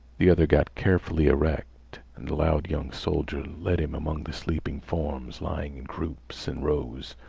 the other got carefully erect, and the loud young soldier led him among the sleeping forms lying in groups and rows.